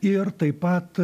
ir taip pat